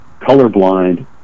Colorblind